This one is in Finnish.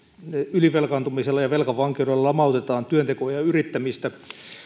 ylivelkaantumisella ja ja velkavankeudella lamautetaan työntekoa ja yrittämistä